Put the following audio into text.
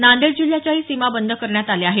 नांदेड जिल्ह्याच्याही सीमा बंद करण्यात आल्या आहेत